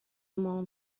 m’en